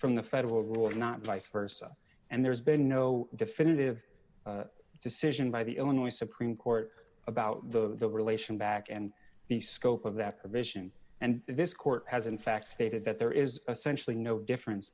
from the federal rules not vice versa and there's been no definitive decision by the illinois supreme court about the relation back and the scope of that provision and this court has in fact stated that there is essential you know difference